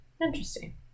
Interesting